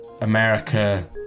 America